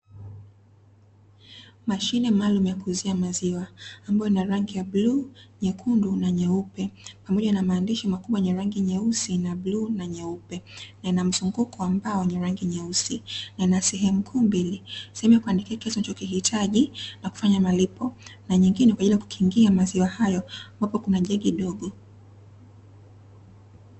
Mashine maalumu ya kuuzia maziwa ambayo ina rangi ya bluu, nyekundu na nyeupe, pamoja na maandishi makubwa yenye rangi nyeusi na bluu na nyeupe . Na ina mzunguko ambao wenye rangi nyeusi. Na ina sehemu kuu mbili, sehemu ya kuandikia kiasi unachokihitaji na kufanya malipo na nyingine kwa ajili ya kukingia maziwa hayo ambapo kuna jagi dogo.